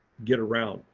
get around.